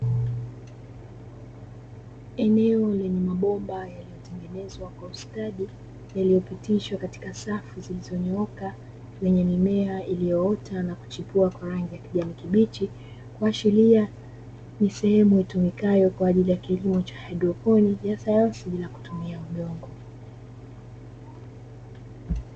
Eneo lenye mabomba yaliyotengenezwa kwa ustadi, yaliyopitishwa katika safu zilizonyooka zenye mimea iliyoota na kuchipua kwa rangi ya kijani kibichi, kuashiria ni sehemu itumikayo kwa ajili ya kilimo cha haidroponi, ya sayansi bila kutumia udongo.